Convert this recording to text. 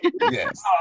Yes